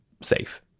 safe